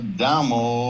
damo